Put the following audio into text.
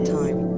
time